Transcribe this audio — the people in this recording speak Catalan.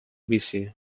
vici